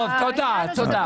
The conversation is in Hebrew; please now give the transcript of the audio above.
טוב, תודה, תודה.